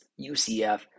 UCF